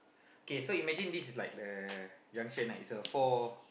k so imagine this is like the junction ah is a four